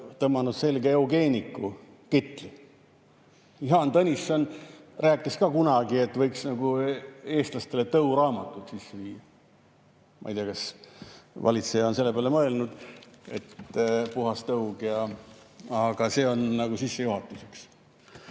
tõmmanud selga eugeeniku kitli. Jaan Tõnisson rääkis ka kunagi, et võiks eestlastele tõuraamatud sisse seada. Ma ei tea, kas valitseja on selle peale mõelnud, et puhas tõug ... Aga see on sissejuhatuseks. Ma